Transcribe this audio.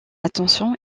intention